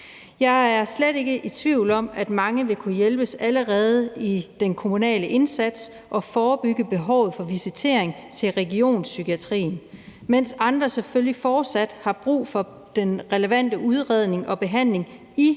Jeg er slet ikke tvivl om, at mange vil kunne hjælpes allerede i den kommunale indsats, hvor man kunne forebygge behovet for visitering til regionspsykiatrien, mens andre selvfølgelig fortsat har brug for den relevante udredning og behandling i